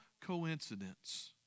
coincidence